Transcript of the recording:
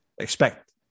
Expect